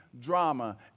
drama